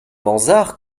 mansart